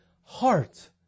heart